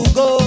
go